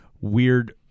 weird